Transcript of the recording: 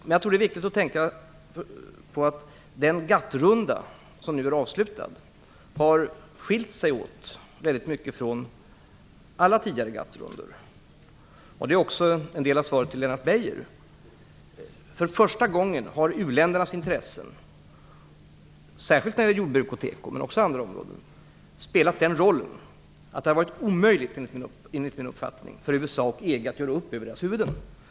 Det är där viktigt att tänka på att den GATT-runda som nu är avslutad har skilt sig väldigt mycket från alla tidigare GATT-rundor. Det är också en del av svaret till Lennart Beijer. För första gången har u-ländernas intressen - särskilt inom jordburk och teko, men även inom andra områden - spelat en sådan roll att det enligt min mening har varit omöjligt för USA och EG att göra upp över deras huvuden.